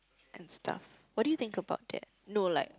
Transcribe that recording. and stuff what do you think about that no like